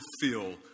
feel